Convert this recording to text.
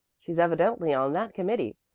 she's evidently on that committee.